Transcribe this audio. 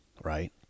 right